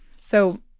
So-